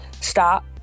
Stop